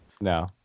No